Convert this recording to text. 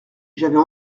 j’avais